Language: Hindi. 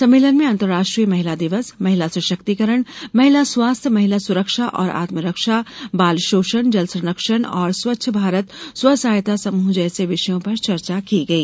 सम्मेलन में अंतर्राष्ट्रीय महिला दिवस महिला सशक्तिकरण महिला स्वास्थ्य महिला सुरक्षा और आत्म रक्षा बाल शोषण जल संरक्षण और स्वच्छ भारत स्व सहायता समूह जैसे विषयों पर चर्चा की गई